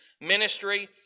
ministry